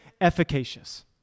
efficacious